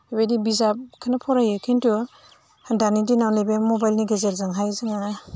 बेबायदि बिजाबखौनो फरायो खिन्थु दानि दिनाव नैबे मबाइलनि गेजेरजोंहाय जोङो